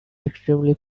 extremely